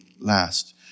last